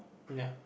ya